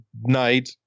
night